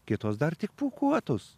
kitos dar tik pūkuotus